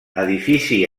edifici